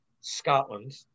Scotland